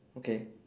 okay